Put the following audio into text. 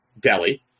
Delhi